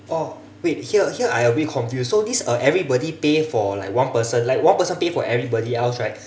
oh wait here here I a bit confused so this uh everybody pay for like one person like one person pay for everybody else right